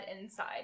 inside